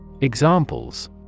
Examples